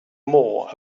more